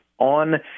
on